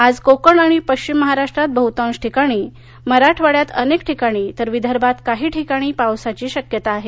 आज कोकण आणि पश्चिम महाराष्ट्रात बहताश ठिकाणी मराठवाड्यात अनेक ठिकाणी तर विदर्भात काही ठिकाणी पावसाची शक्यता आहे